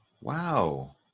Wow